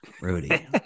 Rudy